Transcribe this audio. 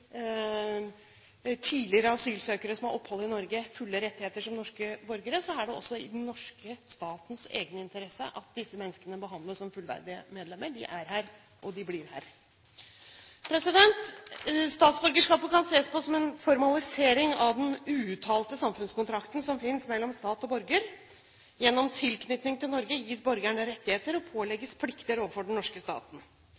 tidligere asylsøkere som har opphold i Norge, fulle rettigheter som norske borgere, er det også i den norske statens egeninteresse at disse menneskene behandles som fullverdige medlemmer – de er her, og de blir her. Statsborgerskapet kan ses på som en formalisering av den uuttalte samfunnskontrakten som finnes mellom stat og borger. Gjennom tilknytning til Norge gis borgeren rettigheter og